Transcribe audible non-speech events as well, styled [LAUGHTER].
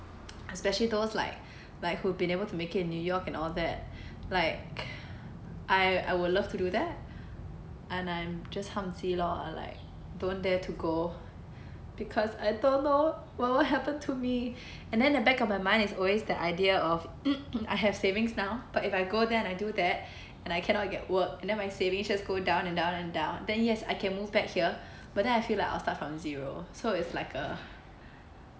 especially those like like who've been able to make it at new york and all that like I I would love to do that and I'm just hum chi lor I like don't dare to go because I don't know what will happen to me and then at the back of my mind it's alway the idea of [NOISE] I have savings now but if I go there and I do that and I can not get work and then my savings just go down and down and down then yes I can move back here but then I feel like I'll start from zero so it's like a